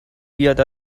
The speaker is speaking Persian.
بیاد